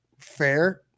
fair